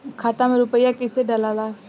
खाता में रूपया कैसे डालाला?